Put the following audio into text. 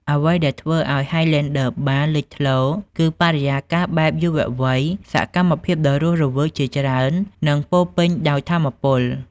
អ្វីដែលធ្វើឱ្យ ហាយឡែនឌឺ បារ (Highlander Bar) លេចធ្លោ គឺបរិយាកាសបែបយុវវ័យ សកម្មភាពដ៏រស់រវើកជាច្រើន និងពោរពេញដោយថាមពល។